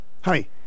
Hi